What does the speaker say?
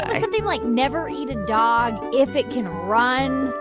ah something like never eat a dog if it can run,